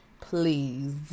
Please